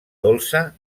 dolça